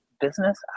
business